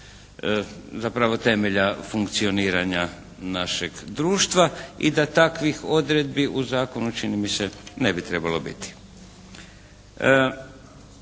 zapravo temelja funkcioniranja našeg društva i da takvih odredbi u zakonu čini mi se ne bi trebalo biti.